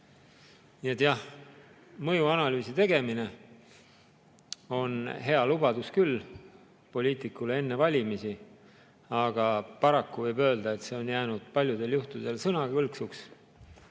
Nii et jah, mõjuanalüüsi tegemine on hea lubadus küll poliitikul enne valimisi, aga paraku võib öelda, et see on jäänud paljudel juhtudel vaid sõnakõlksuks.